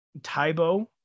Tybo